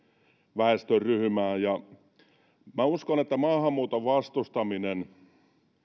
väestöryhmään minä uskon että maahanmuuton vastustaminen